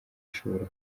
ishobora